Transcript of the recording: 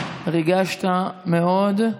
ריגשת מאוד.